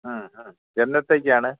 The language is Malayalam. ആ ആ എന്നത്തേക്കാണ്